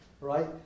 Right